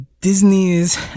Disney's